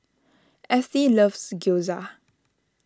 Ethie loves Gyoza